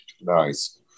Nice